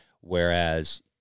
Whereas